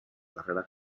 carrera